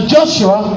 Joshua